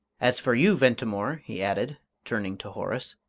as for you, ventimore, he added, turning to horace,